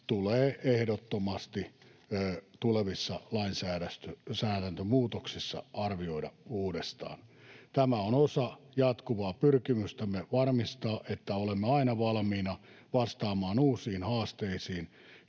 tulee ehdottomasti tulevissa lainsäädäntömuutoksissa arvioida uudestaan. Tämä on osa jatkuvaa pyrkimystämme varmistaa, että olemme aina valmiina vastaamaan uusiin haasteisiin,